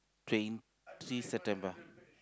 twenty September